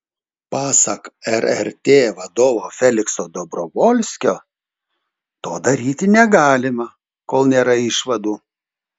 pasak rrt vadovo felikso dobrovolskio to daryti negalima kol nėra išvadų